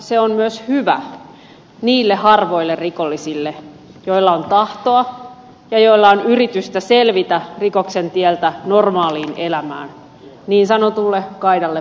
se on myös hyvä niille harvoille rikollisille joilla on tahtoa ja joilla on yritystä selvitä rikoksen tieltä normaaliin elämään niin sanotulle kaidalle polulle